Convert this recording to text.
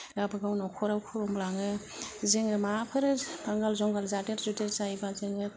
गावबा गाव न'खराव खुलुमलाङो जोङो माबाफोर नांगोल जुंगाल जादेर जुदेर जायोबा जोङो